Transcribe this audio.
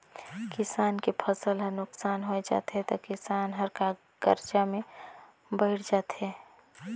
किसान के फसल हर नुकसान होय जाथे त किसान हर करजा में बइड़ जाथे